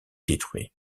détruit